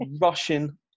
Russian